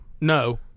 No